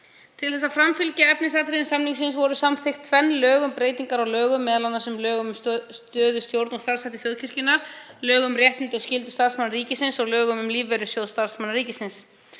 Til að framfylgja efnisatriðum samningsins voru samþykkt tvenn lög um breytingar á lögum, m.a. lögum um stöðu, stjórn og starfshætti þjóðkirkjunnar, lögum um réttindi og skyldur starfsmanna ríkisins og lögum um Lífeyrissjóð starfsmanna ríkisins.